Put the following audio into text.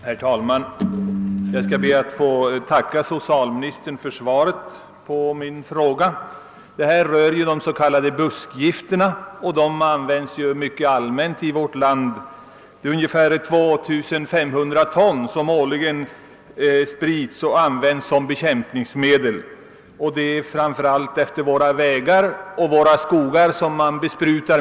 Herr talman! Jag ber att få tacka socialministern för svaret på min fråga. Frågan avsåg de s.k. buskgifterna, som används mycket allmänt i vårt land. Det sprids årligen ungefär 2500 ton av dessa gifter, som används som bekämpningsmedel. Besprutningen utförs framför allt längs våra vägar och i våra skogar.